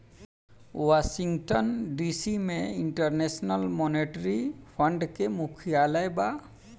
Washington DC में international monetary fund के मुख्यालय बा